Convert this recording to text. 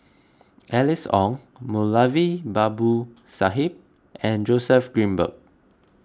Alice Ong Moulavi Babu Sahib and Joseph Grimberg